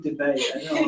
debate